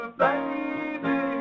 baby